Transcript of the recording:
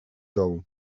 dołu